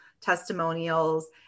testimonials